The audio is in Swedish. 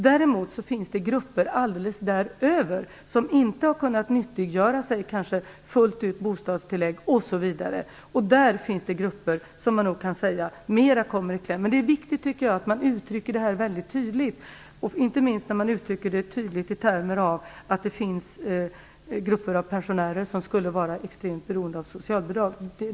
Däremot finns det grupper alldeles däröver som inte fullt ut har kunnat nyttiggöra sig t.ex. bostadstillägg. Där finns det grupper som man nog kan säga kommer mer i kläm. Det är viktigt, tycker jag, att man uttrycker det här väldigt tydligt, inte minst att man uttrycker det tydligt i termer av att det finns grupper av pensionärer som skulle vara extremt beroende av socialbidrag.